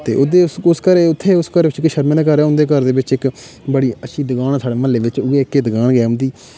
ते ओह्दे उस उस घरै उत्थै उस घरै च शर्मे दा घर ऐ उं'दे घर दे बिच्च बड़ी अच्छी दकान ऐ साढ़े म्हल्ले बिच्च उ'यै इक्कै दकान गै उं'दी